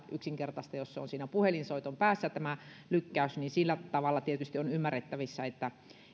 yksinkertaista jos tämä lykkäys on vain puhelinsoiton päässä niin sillä tavalla tietysti on ymmärrettävissä että